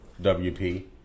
WP